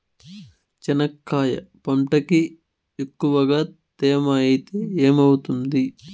చెనక్కాయ పంటకి ఎక్కువగా తేమ ఐతే ఏమవుతుంది?